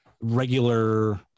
regular